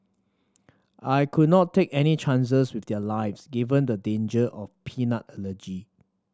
I could not take any chances with their lives given the danger of peanut allergy